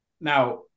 Now